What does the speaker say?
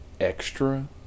extra